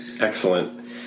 Excellent